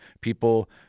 people